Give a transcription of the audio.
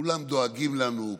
כולם דואגים לנו,